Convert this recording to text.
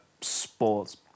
sports